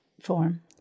form